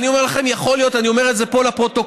אני אומר את זה פה לפרוטוקול,